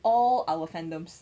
all our fandoms